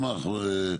לא.